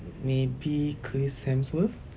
maybe chris hemsworth